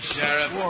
Sheriff